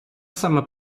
саме